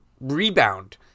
rebound